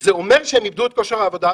זה אומר שהם איבדו את כושר העבודה,